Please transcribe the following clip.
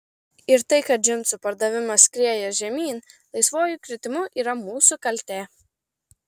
ir tai kad džinsų pardavimas skrieja žemyn laisvuoju kritimu yra mūsų kaltė